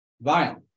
violent